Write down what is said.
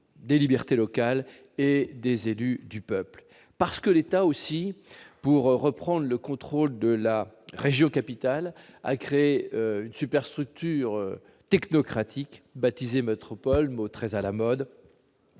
des libertés locales et des élus du peuple. Et parce que l'État, pour reprendre le contrôle de la région-capitale, a créé une superstructure technocratique baptisée métropole- mot très à la mode